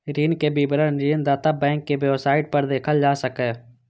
ऋणक विवरण ऋणदाता बैंकक वेबसाइट पर देखल जा सकैए